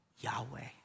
Yahweh